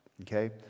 Okay